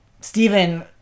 Stephen